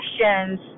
questions